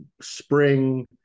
spring